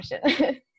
question